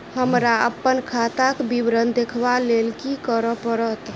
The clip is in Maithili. हमरा अप्पन खाताक विवरण देखबा लेल की करऽ पड़त?